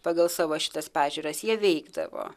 pagal savo šitas pažiūras jie veikdavo